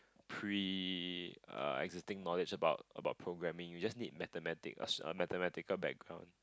pre uh existing knowledge about about programming you just need mathematic uh a mathematical background